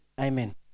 Amen